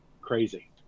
crazy